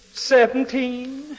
Seventeen